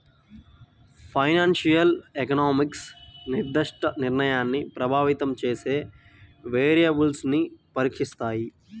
financial economics నిర్దిష్ట నిర్ణయాన్ని ప్రభావితం చేసే వేరియబుల్స్ను పరీక్షిస్తాయి